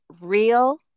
real